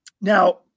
now